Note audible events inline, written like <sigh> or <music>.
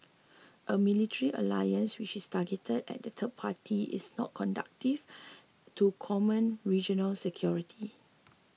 a military alliance which is targeted at a third party is not conductive <noise> to common regional security